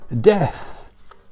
death